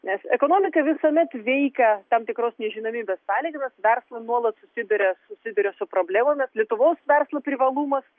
nes ekonomika visuomet veikia tam tikros nežinomybės sąlygomis verslam nuolat susiduria susiduria su problemomis lietuvos verslo privalumas